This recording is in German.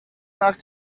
nach